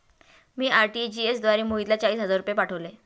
मी RTGS द्वारे मोहितला चाळीस हजार रुपये पाठवले